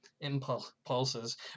impulses